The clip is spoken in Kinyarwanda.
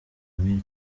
mille